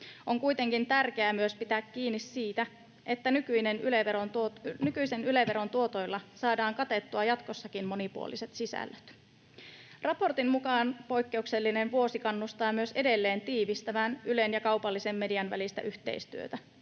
On kuitenkin tärkeää pitää kiinni myös siitä, että nykyisen Yle-veron tuotoilla saadaan katettua jatkossakin monipuoliset sisällöt. Raportin mukaan poikkeuksellinen vuosi kannustaa myös edelleen tiivistämään Ylen ja kaupallisen median välistä yhteistyötä.